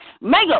Mega